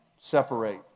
separate